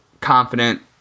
confident